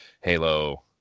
Halo